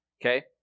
Okay